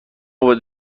باید